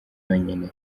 yonyine